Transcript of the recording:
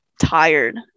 tired